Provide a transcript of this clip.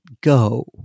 go